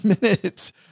minutes